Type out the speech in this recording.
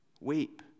Weep